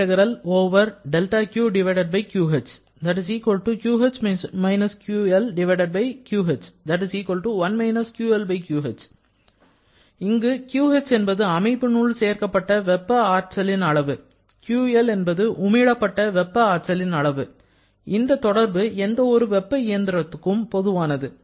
இங்கு QH என்பது அமைப்பினுள் சேர்க்கப்பட்ட வெப்ப ஆற்றலின் அளவு QL என்பது உமிழப்பட்ட வெப்ப ஆற்றலின் அளவு இந்த தொடர்பு எந்த ஒரு வெப்ப இயந்திரத்துக்கும் பொதுவானது